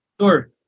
Sure